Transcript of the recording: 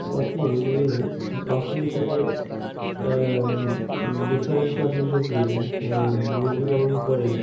আপনি যদি পাঁচশো মিটারের ডিফারেন্সে আপনি যদি মুরগি পালন করেন